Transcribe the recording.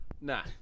Nah